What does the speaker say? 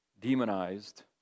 demonized